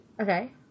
Okay